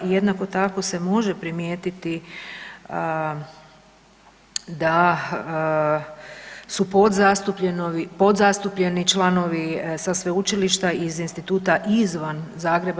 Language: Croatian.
Jednako tako se može primijetiti da su podzastupljeni članovi sa sveučilišta iz instituta izvan Zagreba.